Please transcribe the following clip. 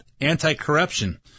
anti-corruption